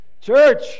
church